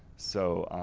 so,